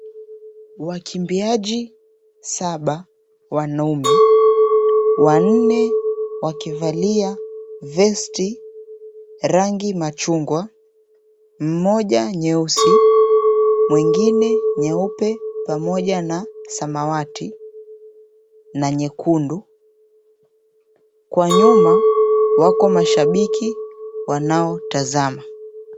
Wakimbiaji saba wanaume, wanne wakivalia vesti rangi machungwa, mmoja nyeusi, mwingine nyeupe pamoja na samawati na nyekundu kwa nyuma wako mashabiki wanaotazama.